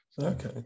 Okay